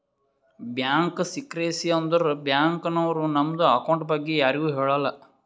bank secrecy ಅಂದುರ್ bank ನವ್ರು ನಮ್ದು ಅಕೌಂಟ್ ಬಗ್ಗೆ ಯಾರಿಗು ಹೇಳಲ್ಲ